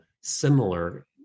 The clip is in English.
similar